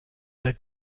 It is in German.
der